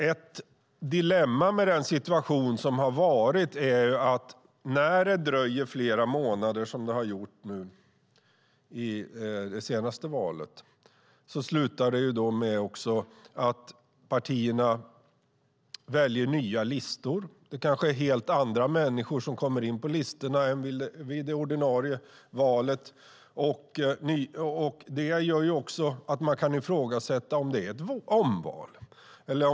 Ett dilemma med den situation som har rått är att när det dröjer flera månader, som det gjorde nu i det senaste valet, slutar det med att partierna väljer nya listor. Det kanske är helt andra människor än vid det ordinarie valet som kommer in på listorna. Detta gör att man kan ifrågasätta om det är ett omval.